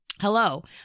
Hello